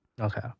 Okay